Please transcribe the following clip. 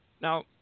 now